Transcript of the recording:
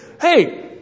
hey